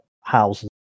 houses